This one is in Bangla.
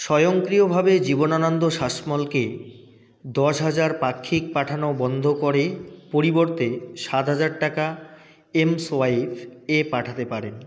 স্বয়ংক্রিয়ভাবে জীবনানন্দ শাসমলকে দশ হাজার পাক্ষিক পাঠানো বন্ধ করে পরিবর্তে সাত হাজার টাকা এমসোয়াইপ এ পাঠাতে পারেন